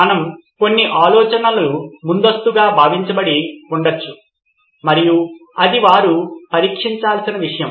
మనకు కొన్ని ఆలోచనలు ముందస్తుగా భావించబడి ఉండవచ్చు మరియు అది వారు పరీక్షించాల్సిన విషయం